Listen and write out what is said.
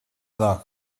dog